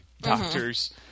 doctors